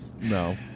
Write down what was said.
no